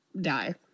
die